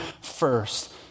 first